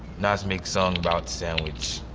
nas make song about sandwich.